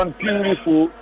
beautiful